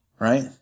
Right